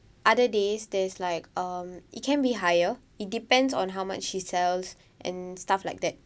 other days there's like um it can be higher it depends on how much she sells and stuff like that